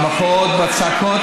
במחאות ובצעקות,